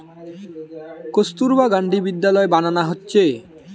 কস্তুরবা গান্ধী বিদ্যালয় বানানা হচ্ছে